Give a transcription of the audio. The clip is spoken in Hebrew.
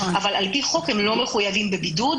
אבל על פי חוק לא מחויבים בבידוד.